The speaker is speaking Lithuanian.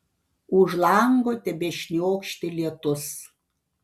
už lango tebešniokštė lietus